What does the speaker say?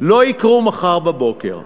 לא יקרו מחר בבוקר,